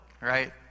right